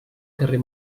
carrer